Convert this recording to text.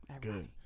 Good